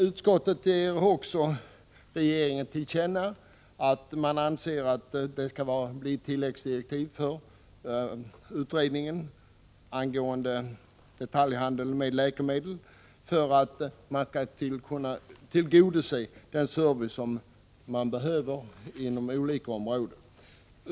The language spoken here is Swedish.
Utskottet ger också regeringen till känna att man anser att det skall ges tilläggsdirektiv till utredningen angående detaljhandel med läkemedel, detta i syfte att den service som behövs inom olika områden skall kunna tillgodoses.